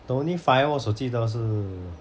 the only fireworks 我记得是